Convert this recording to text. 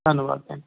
ਧੰਨਵਾਦ ਭੈਣ